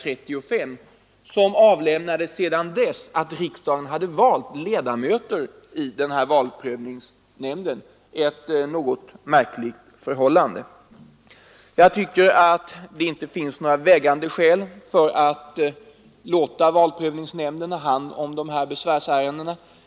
Riksdagen har emellertid redan valt ledamöter i valprövningsnämnden — ett något märkligt förhållande. Jag tycker att det inte finns några vägande skäl för att låta valprövningsnämnden ha hand om dessa besvärsärenden.